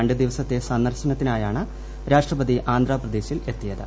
രണ്ടു ദിവസത്തെ സന്ദർശനത്തിനായാണ് രാഷ്ട്രപതി ആന്ധ്രാപ്രദേശിലെത്തിയത്